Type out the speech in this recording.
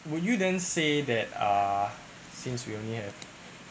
would you then say that uh since we only have